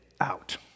out